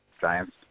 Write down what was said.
Giants